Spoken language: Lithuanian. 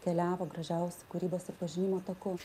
keliavo gražiausiu kūrybos ir pažinimo taku